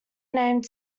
named